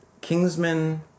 Kingsman